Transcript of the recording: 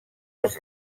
els